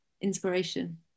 inspiration